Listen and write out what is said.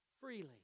freely